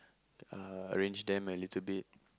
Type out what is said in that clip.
uh arrange them a little bit